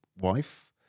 wife